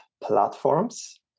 Platforms